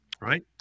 right